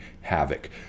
havoc